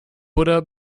buddha